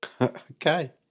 Okay